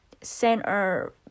center